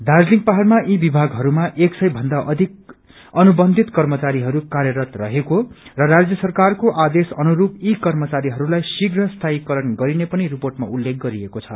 दार्जीलिङ पहाइमा थि विभागहरूमा एक सय भन्दा अधिक अनुबन्धित कर्मचारीहरू कार्यरत रहेको र राष्य सरकारको आदेश अनुरूप यी कर्मचारीहरूलाई शीघ्र स्थायिकरण गरिने पनि रिपोटमा उल्लेख गरिएको छ